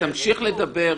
תמשיך לדבר.